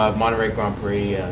monterrey grand prix,